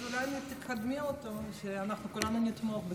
אז אולי תקדמי אותו, ואנחנו כולנו נתמוך.